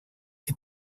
que